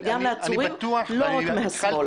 לעצורים ולא רק מהשמאל.